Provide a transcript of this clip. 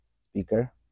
speaker